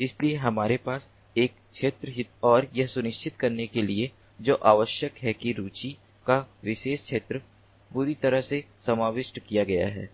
इसलिए हमारे पास एक क्षेत्र हित है और यह सुनिश्चित करने के लिए जो आवश्यक है कि रुचि का विशेष क्षेत्र पूरी तरह से समाविष्ट किया गया है